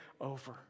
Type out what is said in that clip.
over